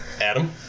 Adam